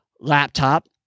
laptop